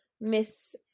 Miss